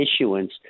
issuance